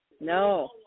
No